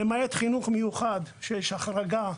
בבתי הספר של החינוך המיוחד ישנה החרגה,